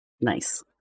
Nice